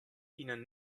ihnen